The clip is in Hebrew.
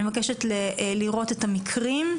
אני מבקשת לראות את המקרים,